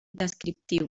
descriptiu